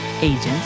agents